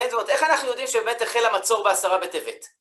עדוות, איך אנחנו יודעים שבאמת החל המצור בעשרה בטבט?